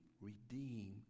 redeem